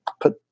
put